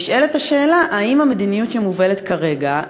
נשאלת השאלה: האם המדיניות שמובלת כרגע,